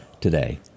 today